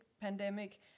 pandemic